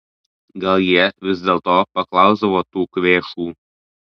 gal jie vis dėlto paklausdavo tų kvėšų